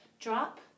Drop